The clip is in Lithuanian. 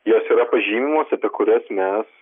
jos yra pažymimos apie kurias mes